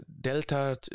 delta